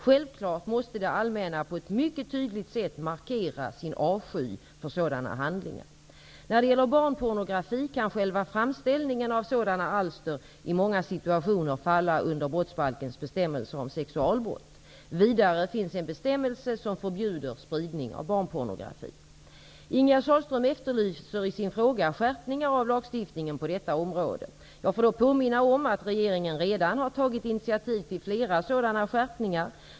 Självklart måste det allmänna på ett mycket tydligt sätt markera sin avsky för sådana handlingar. När det gäller barnpornografi kan själva framställningen av sådana alster i många situationer falla under brottsbalkens bestämmelser om sexualbrott. Vidare finns en bestämmelse som förbjuder spridning av barnpornografi. Ingegerd Sahlström efterlyser i sin fråga skärpningar av lagstiftningen på detta område. Jag får då påminna om att regeringen redan har tagit initiativ till flera sådana skärpningar.